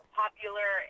popular